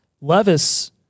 Levis